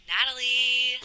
Natalie